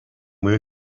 with